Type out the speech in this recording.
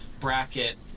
bracket